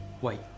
Wait